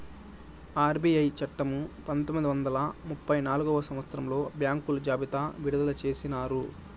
RBI చట్టము పంతొమ్మిది వందల ముప్పై నాల్గవ సంవచ్చరంలో బ్యాంకుల జాబితా విడుదల చేసినారు